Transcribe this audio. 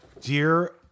Dear